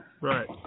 Right